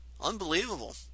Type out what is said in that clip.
unbelievable